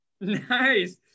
Nice